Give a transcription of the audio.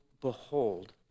behold